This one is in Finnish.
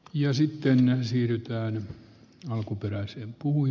ja sitten siirrytään alkuperäisiä puhui